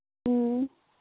ꯑꯣ